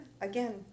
Again